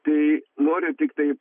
tai noriu tiktai